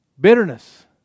Bitterness